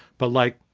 but like,